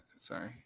Sorry